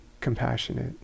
compassionate